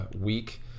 week